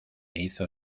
hizo